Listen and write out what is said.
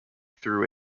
through